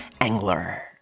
Angler